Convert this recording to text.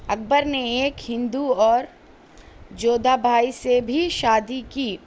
اکبر نے ایک ہندو اور جودھا بائی سے بھی شادی کی